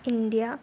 India